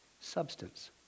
Substance